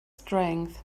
strength